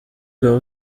bwa